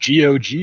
GOG